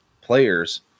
players